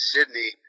Sydney